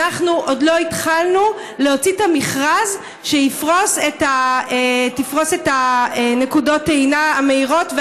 אנחנו עוד לא התחלנו להוציא את המכרז לתפרוסת נקודות הטעינה המהירות.